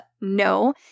no